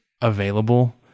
available